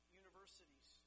universities